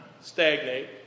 stagnate